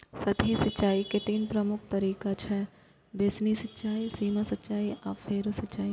सतही सिंचाइ के तीन प्रमुख तरीका छै, बेसिन सिंचाइ, सीमा सिंचाइ आ फरो सिंचाइ